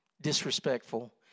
Disrespectful